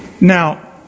Now